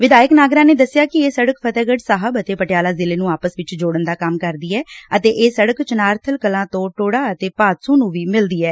ਵਿਧਾਇਕ ਨਾਗਰਾ ਨੇ ਦਸਿਆ ਕਿ ਇਹ ਸੜਕ ਫਤਹਿਗੜੁ ਸਾਹਿਬ ਅਤੇ ਪਟਿਆਲਾ ਜ਼ਿਲ੍ਹੇ ਨੂੰ ਆਪਸ ਵਿਚ ਜੋੜਨ ਦਾ ਕੰਮ ਕਰਦੀ ਏ ਅਤੇ ਇਹ ਸੜਕ ਚਨਾਰਥਲ ਕਲਾਂ ਤੋਂ ਟੋਹੜਾ ਅਤੇ ਭਾਦਸੋਂ ਨੂੰ ਵੀ ਮਿਲਦੀ ਏ